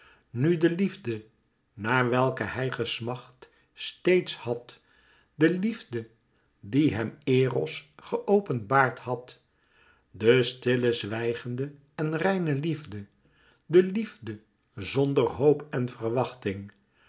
nu de liefde naar welke hij gesmacht steeds had de liefde die hem eros geopenbaard had de stille zwijgende en reine liefde de liefde zonder hoop en verwachting